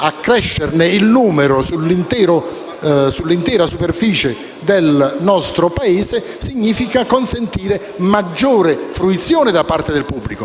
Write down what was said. Accrescerne il numero sull’intera superficie del nostro Paese significa consentire maggiore fruizione da parte del pubblico,